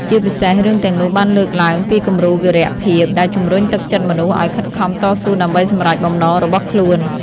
ជាពិសេស រឿងទាំងនោះបានលើកឡើងពីគំរូវីរៈភាពដែលជំរុញទឹកចិត្តមនុស្សឲ្យខិតខំតស៊ូដើម្បីសម្រេចបំណងរបស់ខ្លួន។